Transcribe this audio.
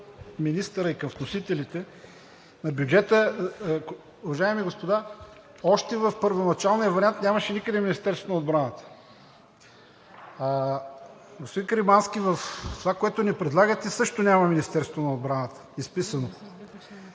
министъра и към вносителите на бюджета. Уважаеми господа, още в първоначалния вариант нямаше никъде „Министерство на отбраната“. Господин Каримански, в това, което ни предлагате, също няма „Министерство на отбраната“ – изписано.